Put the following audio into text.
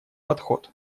подход